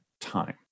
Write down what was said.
time